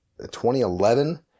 2011